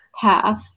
path